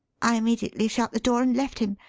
i immediately shut the door and left him,